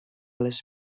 les